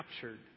captured